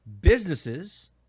Businesses